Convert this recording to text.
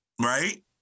right